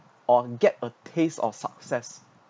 on get a taste of success